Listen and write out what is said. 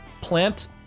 plant